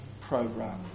program